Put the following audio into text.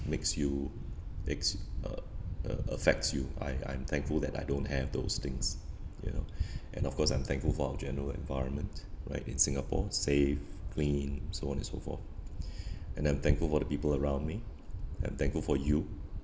makes you ex~ uh uh affects you I I'm thankful that I don't have those things you know and of course I'm thankful for our general environment right in Singapore safe clean so on and so forth and then I'm thankful for the people around me I'm thankful for you